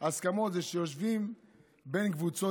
הסכמות זה שיושבים בין קבוצות,